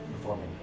performing